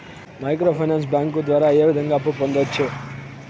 micro finance bank ద్వారా ఏ విధంగా అప్పు పొందొచ్చు